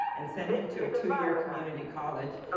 and set him to a two-year community college.